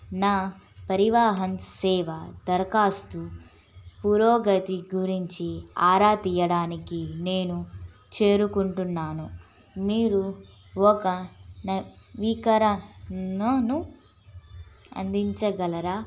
నా పరివాహన్ సేవ దరఖాస్తు పురోగతి గురించి ఆరా తీయడానికి నేను చేరుకుంటున్నాను మీరు ఒక నవీకరణను అందించగలరా